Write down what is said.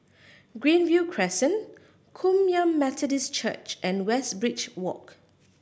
Greenview Crescent Kum Yan Methodist Church and Westridge Walk